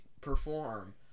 perform